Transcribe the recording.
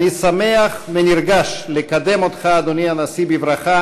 אני שמח ונרגש לקדם אותך, אדוני הנשיא, בברכה